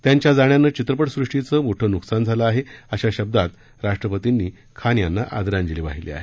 त्यांच्या जाण्यानं चित्रपट सृष्टीचं मोठं नूकसान झालं आहे अशा शब्दांत राष्ट्रपतींनी खान यांना आदरांजली अर्पण केली आहे